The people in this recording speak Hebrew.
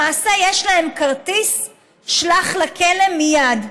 למעשה יש להם כרטיס "שלח לכלא מייד".